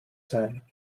sein